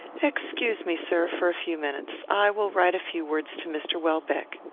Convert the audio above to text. excuse me, sir, for a few minutes. i will write a few words to mr. welbeck.